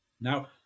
Now